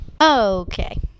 Okay